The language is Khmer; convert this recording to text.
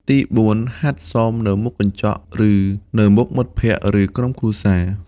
ទីបួន ហាត់សមនៅមុខកញ្ចក់ ឬនៅមុខមិត្តភក្តិ ឬក្រុមគ្រួសារ។